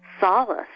solace